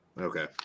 Okay